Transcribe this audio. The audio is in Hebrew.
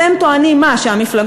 אתם טוענים מה?